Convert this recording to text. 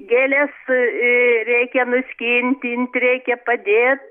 gėlės i reikia nuskintint reikia padėt